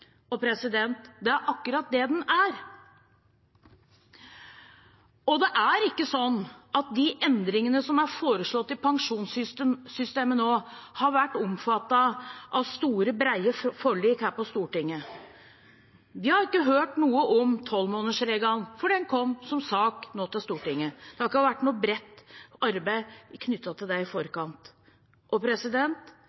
Det er akkurat det den er. Det er ikke sånn at de endringene som er foreslått i pensjonssystemet nå, har vært omfattet av store, brede forlik her i Stortinget. Vi har ikke hørt noe om tolvmånedersregelen før den kom som sak til Stortinget nå – det har ikke vært noe bredt arbeid knyttet til det i